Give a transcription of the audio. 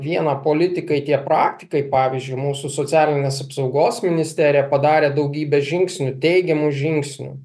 viena politikai tie praktikai pavyzdžiui mūsų socialinės apsaugos ministerija padarė daugybę žingsnių teigiamų žingsnių